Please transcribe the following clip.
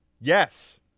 Yes